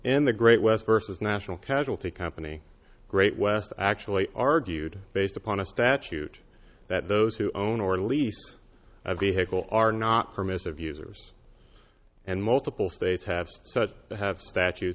in the great west versus national casualty company great west actually argued based upon a statute that those who own or lease a vehicle are not permissive users and multiple states have such have stat